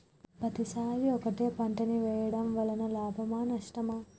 పత్తి సరి ఒకటే పంట ని వేయడం వలన లాభమా నష్టమా?